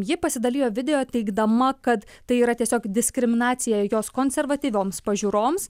ji pasidalijo video teigdama kad tai yra tiesiog diskriminacija jos konservatyvioms pažiūroms